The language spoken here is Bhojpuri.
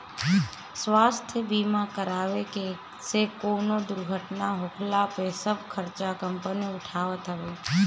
स्वास्थ्य बीमा करावे से कवनो दुर्घटना होखला पे सब खर्चा कंपनी उठावत हवे